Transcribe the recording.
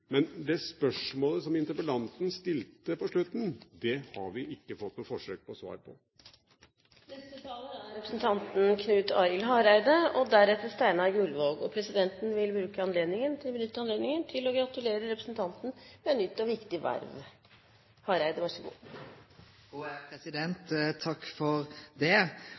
men avisene viser jo det motsatte, at det er mange som ikke gleder seg. Jeg må nok si til slutt – jeg skal ikke referere fra interpellasjonen – at når det det gjelder det spørsmålet som interpellanten stilte på slutten, har vi ikke fått noe forsøk på svar. Neste taler er representanten Knut Arild Hareide. Presidenten vil benytte anledningen til å gratulere representanten med